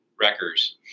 Wreckers